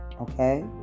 Okay